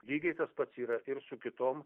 lygiai tas pats yra ir su kitom